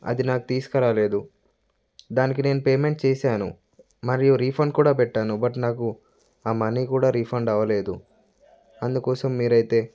అది నాకు తీసుకురాలేదు దానికి నేను పేమెంట్ చేసాను మరియు రిఫండ్ కూడా పెట్టాను బట్ నాకు మనీ కూడా రిఫండ్ అవలేదు అందుకోసం మీరు అయితే